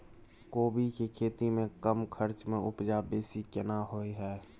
कोबी के खेती में कम खर्च में उपजा बेसी केना होय है?